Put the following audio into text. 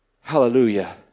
Hallelujah